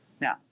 Now